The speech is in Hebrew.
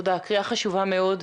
קריאה חשובה מאוד.